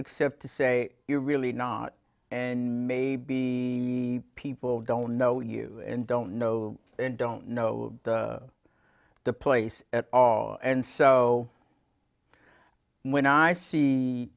except to say you're really not and may be people don't know you don't know and don't know the place at all and so when i see